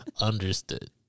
Understood